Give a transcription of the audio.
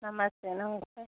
नमस्ते नमस्ते